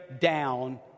down